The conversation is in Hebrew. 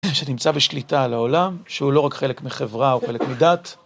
שנמצא בשליטה על העולם, שהוא לא רק חלק מחברה או חלק מדת,